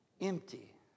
empty